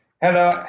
Hello